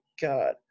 God